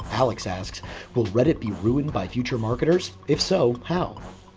alex asks will reddit be ruined by future marketers? if so, how?